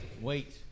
Wait